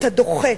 אתה דוחה,